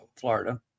Florida